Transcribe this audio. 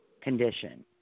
condition